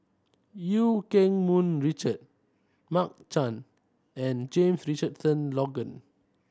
Eu Keng Mun Richard Mark Chan and James Richardson Logan